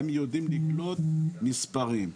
הם יודעים לקלוט מספרים.